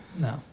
No